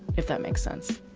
if that makes sense